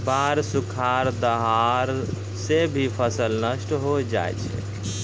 बाढ़, सुखाड़, दहाड़ सें भी फसल नष्ट होय जाय छै